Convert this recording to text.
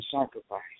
sacrifice